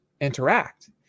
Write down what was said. interact